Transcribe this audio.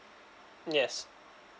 yes